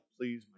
please